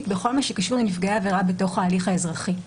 בכל מה שקשור לנפגעי עבירה בתוך ההליך האזרחי.